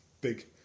Big